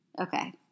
Okay